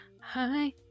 Hi